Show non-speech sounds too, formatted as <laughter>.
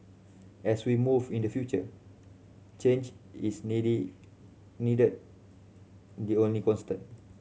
as we move in the future change is <unintelligible> needed the only constant